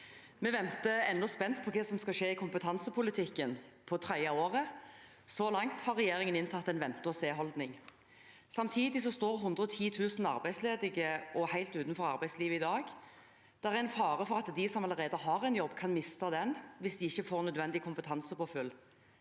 Vi venter ennå spent på hva som skal skje i kompetansepolitikken, på tredje året. Så langt har regjeringen inntatt en vente-og-se-holdning. Samtidig står 110 000 arbeidsledige helt utenfor arbeidslivet i dag. Det er en fare for at de som allerede har en jobb, kan miste den hvis de ikke får nødvendig kompetansepåfyll.